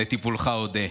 לטיפולך אודה.